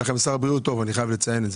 יש לכם שר בריאות טוב, אני חייב לציין.